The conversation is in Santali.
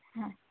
ᱦᱮᱸ